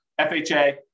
FHA